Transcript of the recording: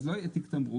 אז לא יהיה תיק תמרוק.